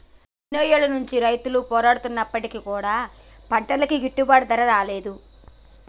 ఎన్నో ఏళ్ల నుంచి రైతులు పోరాడుతున్నప్పటికీ కూడా పంటలకి గిట్టుబాటు ధర రాలే